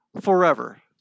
forever